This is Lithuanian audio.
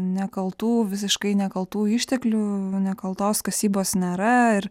nekaltų visiškai nekaltų išteklių nekaltos kasybos nėra ir